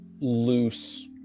loose